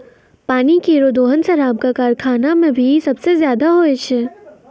पानी केरो दोहन शराब क कारखाना म भी सबसें जादा होय छै